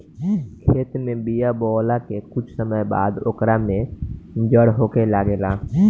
खेत में बिया बोआला के कुछ समय बाद ओकर में जड़ होखे लागेला